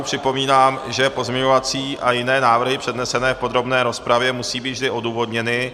Připomínám, že pozměňovací a jiné návrhy přednesené v podrobné rozpravě musí být vždy odůvodněny.